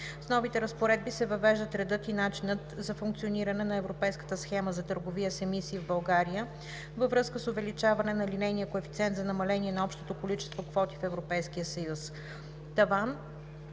С новите разпоредби се въвеждат редът и начинът за функциониране на Европейската схема за търговия с емисии в България във връзка с увеличаване на линейния коефициент за намаление на общото количество квоти в Европейския съюз – „таван“,